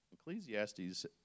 Ecclesiastes